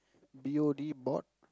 B_O_D bod